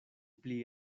pli